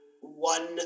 one